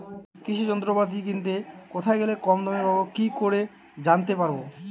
কৃষি যন্ত্রপাতি কিনতে কোথায় গেলে কম দামে পাব কি করে জানতে পারব?